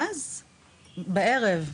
בערב,